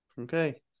Okay